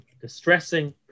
distressing